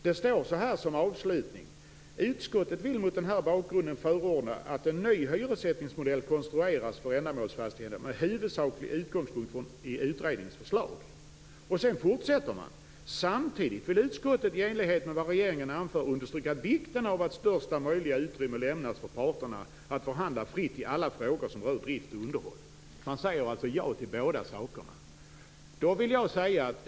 Det står som avslutning i yttrandet: "Utskottet vill mot den här anförda bakgrunden förorda att en ny hyressättningsmodell konstrueras för ändamålsfastigheterna med huvudsaklig utgångspunkt i utredningens förslag." Sedan fortsätter man: "Samtidigt vill utskottet, i enlighet med vad regeringen anför, understryka vikten av att största möjliga utrymme lämnas för parterna att förhandla fritt i alla frågor som rör drift och underhåll, m.m." Man säger alltså ja till båda sakerna.